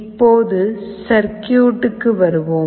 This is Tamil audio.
இப்போது சர்க்யூட்டுக்கு வருவோம்